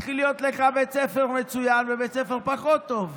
מתחיל להיות לך בית ספר מצוין ובית ספר פחות טוב.